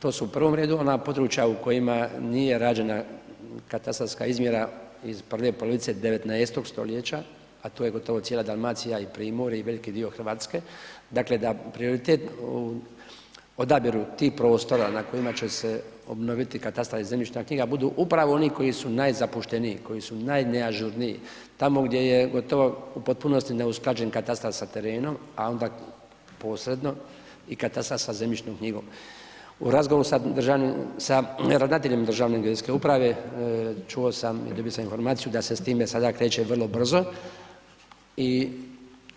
To su u prvom redu ona područja u kojima nije rađena katastarska izmjera iz prve polovice 19. stoljeća, a to je gotovo cijela Dalmacija i primorje i veliki dio Hrvatske, dakle da prioritet odabiru tih prostora na kojima će se obnoviti katastar i zemljišna knjiga budu upravo oni koji su najzapušteniji, koji su najneažurniji, tamo gdje je gotovo u potpunosti usklađen katastar sa terenom, a onda posredno i katar sa zemljišnom knjigom. u razgovoru sa ravnateljem državne geodetske uprave čuo sam i dobio sam informaciju da se s time sada kreće vrlo brzo i